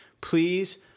please